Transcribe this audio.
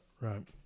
Right